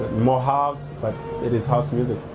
more house, but it is house music.